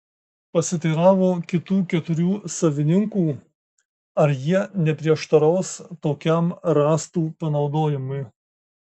pasiteiravo kitų keturių savininkų ar jie neprieštaraus tokiam rąstų panaudojimui